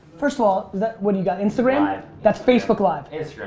first of all, what do you got, instagram? that's facebook live?